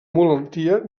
malaltia